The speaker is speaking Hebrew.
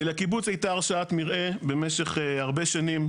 לקיבוץ הייתה הרשאת מרעה במשך הרבה שנים.